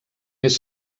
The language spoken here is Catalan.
més